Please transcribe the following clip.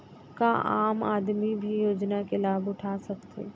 का आम आदमी भी योजना के लाभ उठा सकथे?